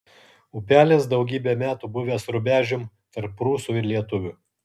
upelis daugybę metų buvęs rubežium tarp prūsų ir lietuvių